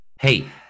Hey